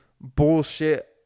bullshit